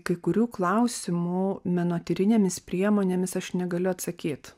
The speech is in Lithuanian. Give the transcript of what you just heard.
kai kurių klausimų menotyrinėmis priemonėmis aš negaliu atsakyt